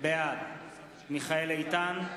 בעד מיכאל איתן,